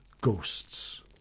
Ghosts